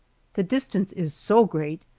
the distance is so great,